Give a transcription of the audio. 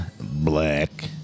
black